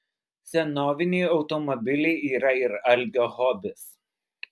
senoviniai automobiliai yra ir algio hobis